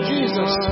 Jesus